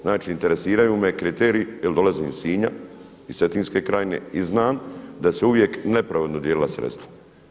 Znači interesiraju me kriteriji jer dolazim iz Sinja iz Cetinske krajine i znam da se uvijek nepravedno dijelila sredstva.